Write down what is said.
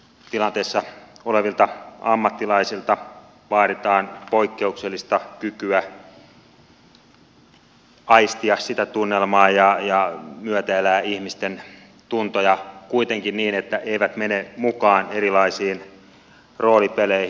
tilanteessa olevilta ammattilaisilta vaaditaan poikkeuksellista kykyä aistia sitä tunnelmaa ja myötäelää ihmisten tuntoja kuitenkin niin että eivät mene mukaan erilaisiin roolipeleihin